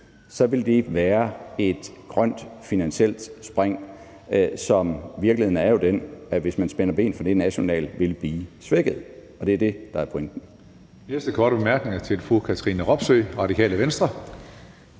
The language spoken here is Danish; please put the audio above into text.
så vil det være et grønt finansielt spring, og virkeligheden er jo den, at hvis man spænder ben for det nationalt, vil det blive svækket. Det er det, der er pointen.